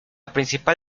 principal